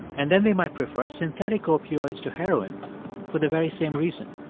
and then they might prefer synthetic opioids to heroin for the very same reason.